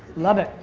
love it.